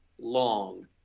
long